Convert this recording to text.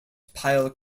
pile